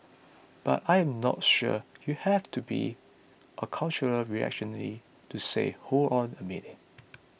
but I am not sure you have to be a cultural reactionary to say hold on a minute